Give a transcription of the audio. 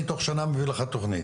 אני תוך שנה מביא לכם תכנית,